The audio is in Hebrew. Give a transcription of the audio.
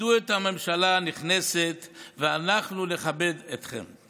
כבדו את הממשלה הנכנסת ואנחנו נכבד אתכם.